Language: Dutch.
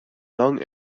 lang